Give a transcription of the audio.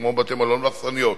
כמו בתי-מלון ואכסניות.